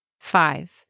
Five